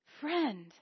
Friend